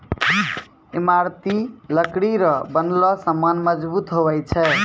ईमारती लकड़ी रो बनलो समान मजबूत हुवै छै